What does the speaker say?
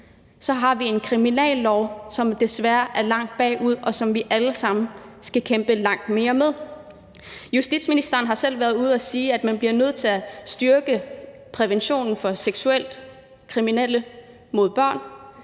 har vi en kriminallov, som desværre er langt bagud, og som vi alle sammen skal kæmpe langt mere med. Justitsministeren har selv været ude at sige, at man bliver nødt til at styrke præventionen for dem, der